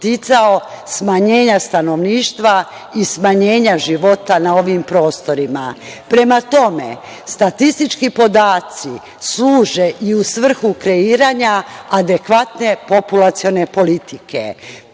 smanjenja stanovništva i smanjenja života na ovim prostorima. Prema tome, statistički podaci služe i u svrhu kreiranja adekvatne populacione politike.